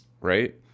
Right